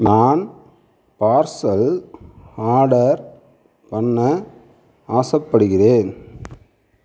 நான் parcel order பண்ண ஆசைப்படுகிறேன்